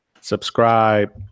subscribe